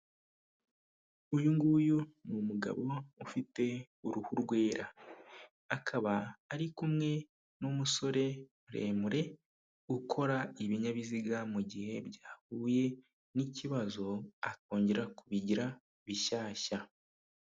Uyu nguyu ni umugabo ufite uruhu rwera. Akaba ari kumwe n'umusore muremure, ukora ibinyabiziga mu gihe byahuye n'ikibazo akongera kubigira bishyashya.